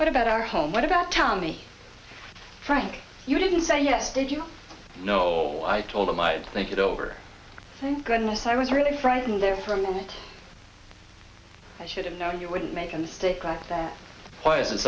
what about our home what about tell me frank you didn't say yes did you know i told him i'd think it over thank goodness i was really frightened there for a minute i should have known you wouldn't make a mistake like that